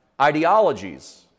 ideologies